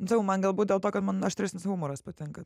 sakau man galbūt dėl to kad man aštresnis humoras patinka